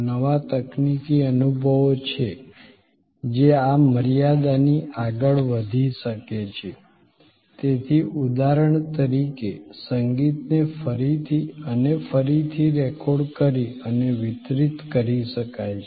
નવા તકનીકી અનુભવો છે જે આ મર્યાદાથી આગળ વધી શકે છે તેથી ઉદાહરણ તરીકે સંગીતને ફરીથી અને ફરીથી રેકોર્ડ કરી અને વિતરિત કરી શકાય છે